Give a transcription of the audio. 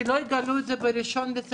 שהם לא יגלו את זה לפני 1 בספטמבר.